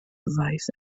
vice